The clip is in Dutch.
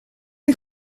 een